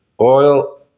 oil